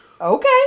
okay